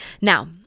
Now